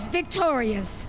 victorious